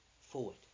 forward